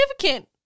significant